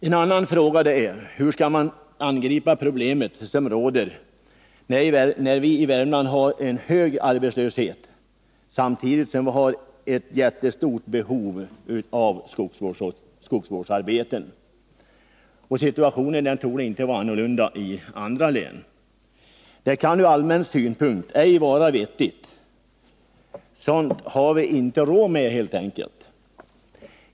En annan fråga är: Hur skall man angripa det problem som råder i Värmland, där vi har en hög arbetslöshet samtidigt som vi har ett jättestort behov av att få skogsvårdande arbete utfört? Situationen torde inte vara annorlunda i andra län. Det kan ur allmän synpunkt ej vara vettigt. Sådant har vi inte råd med helt enkelt.